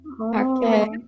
Okay